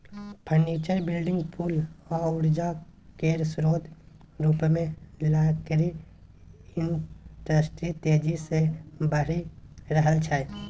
furniture, building, पुल आ उर्जा केर स्रोत रुपमे लकड़ी इंडस्ट्री तेजी सँ बढ़ि रहल छै